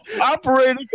operating